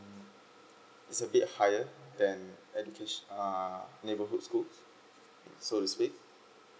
it's a bit higher than educa~ uh neighborhood schools so to speak